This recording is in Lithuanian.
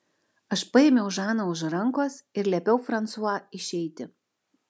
aš paėmiau žaną už rankos ir liepiau fransua išeiti